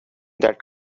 that